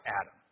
Adam